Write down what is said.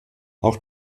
auch